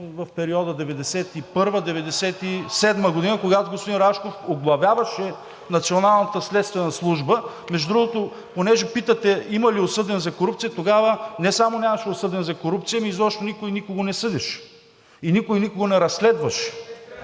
в периода 1991 – 1997 г., когато господин Рашков оглавяваше Националната следствена служба. Между другото, понеже питате има ли осъден за корупция – тогава не само нямаше осъден за корупция, ами изобщо никой никого не съдеше и никой никого не разследваше.